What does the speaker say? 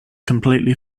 completely